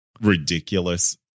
ridiculous